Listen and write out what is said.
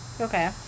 Okay